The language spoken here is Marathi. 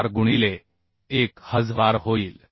4 गुणिले 1000 होईल